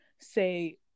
say